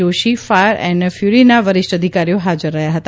Joshi fire and ફ્યુરીના વરિષ્ઠ અધિકારીઓ હાજર રહ્યા હતા